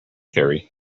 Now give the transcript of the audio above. theory